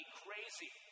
crazy